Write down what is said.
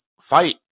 fight